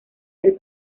del